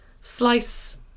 slice